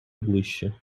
ближче